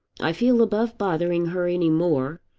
i feel above bothering her any more.